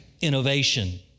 innovation